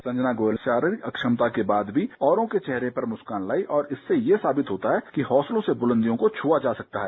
संजना गोयल शारीरिक अक्षमता के बाद भी औरों के चेहरे पर मुस्कान लाई इससे ये साबित होता है कि हौंसले से बुलंदियों को छुआ जा सकता है